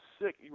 sick